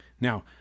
Now